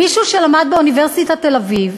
מישהו שלמד באוניברסיטת תל-אביב,